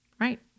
Right